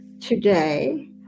today